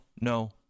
no